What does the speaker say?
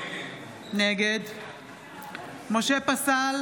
נגד משה פסל,